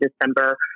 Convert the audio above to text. December